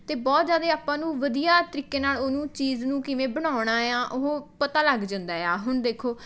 ਅਤੇ ਬਹੁਤ ਜ਼ਿਆਦੇ ਆਪਾਂ ਨੂੰ ਵਧੀਆ ਤਰੀਕੇ ਨਾਲ ਉਹਨੂੰ ਚੀਜ਼ ਨੂੰ ਕਿਵੇਂ ਬਣਾਉਣਾ ਹੈ ਉਹ ਪਤਾ ਲੱਗ ਜਾਂਦਾ ਹੈ ਹੁਣ ਦੇਖੋ